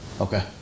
okay